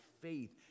faith